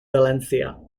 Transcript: valencia